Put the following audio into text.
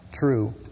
true